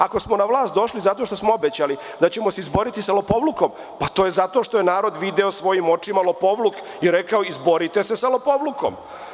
Ako smo na vlast došli zato što smo obećali da ćemo se izboriti sa lopovlukom, pa to je zato što je narod video svojim očima lopovluk i rekao – izborite se sa lopovlukom.